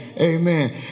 amen